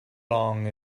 long